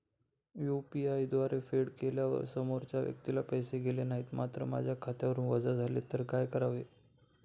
UPI द्वारे फेड केल्यावर समोरच्या व्यक्तीला पैसे गेले नाहीत मात्र माझ्या खात्यावरून वजा झाले तर काय करावे?